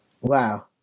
Wow